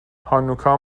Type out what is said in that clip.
هانوکا